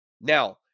Now